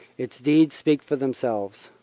its deeds speak for themselves.